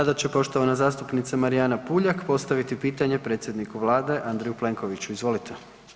Sada će poštovana zastupnica Marijana Puljak postaviti pitanje predsjedniku vlade Andreju Plenkoviću, izvolite.